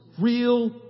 Real